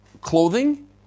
clothing